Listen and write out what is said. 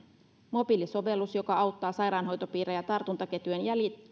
mobiilisovellus joka auttaa sairaanhoitopiirejä tartuntaketjujen